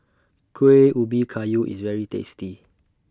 Kueh Ubi Kayu IS very tasty